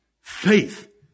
faith